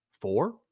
Four